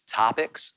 topics